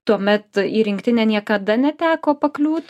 tuomet į rinktinę niekada neteko pakliūt